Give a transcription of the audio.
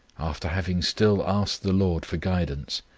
after having still asked the lord for guidance,